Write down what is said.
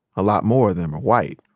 a lot more of them are white.